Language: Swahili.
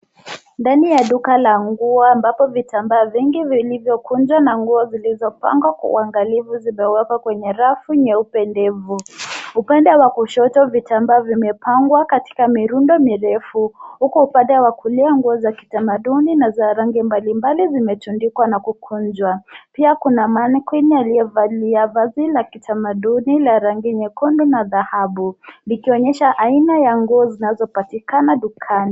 Ndani ya duka la nguo ambapo vitambaa vingi vilivyokunjwa na nguo zilizopangwa kwa uangalifu zimewekwa kwenye rafu nyeupe ndefu. Upande wa kushoto vitambaa vimepangwa katika mirundo mirefu huku upande wa kulia nguo za kitamaduni na za rangi mbalimbali zimetundikwa na kukunjwa. Pia kuna mannequin aliyevalia vazi la kitamaduni la rangi nyekundu na dhahabu likionyesha aina ya nguo zinazopatikana dukani.